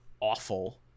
awful